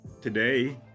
today